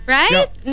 right